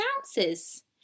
ounces